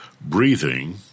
breathing